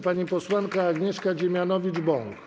Pani posłanka Agnieszka Dziemianowicz-Bąk.